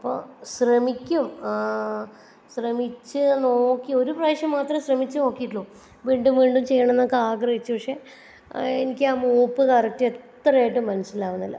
അപ്പോൾ ശ്രമിക്കും ശ്രമിച്ചു നോക്കി ഒരു പ്രാവശ്യം മാത്രമെ ശ്രമിച്ചു നോക്കിയിട്ടുള്ളൂ വീണ്ടും വീണ്ടും ചെയ്യണമെന്നൊക്കെ ആഗ്രഹിച്ചു പക്ഷേ എനിക്ക് ആ മൂപ്പ് കറക്റ്റ് എത്രയായിട്ടും മനസ്സിലാകുന്നില്ല